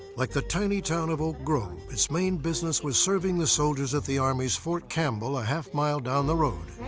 like the tiny town of oak grove, its main business was serving the soldiers of the army's fort campbell a half mile down the road.